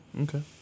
Okay